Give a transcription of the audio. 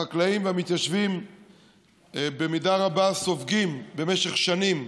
החקלאים והמתיישבים במידה רבה סופגים במשך שנים